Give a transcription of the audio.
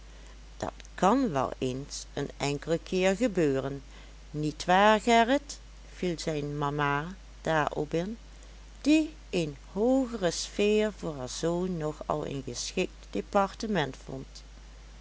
dat kan wel eens een enkelen keer gebeuren nietwaar gerrit viel zijn mama daarop in die een hoogere sfeer voor haar zoon nog al een geschikt departement vond